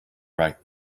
right